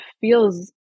feels